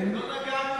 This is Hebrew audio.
לא נגענו